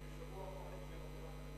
בניגוד למקובל בשבוע אחרון של עבודת הכנסת.